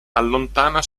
allontana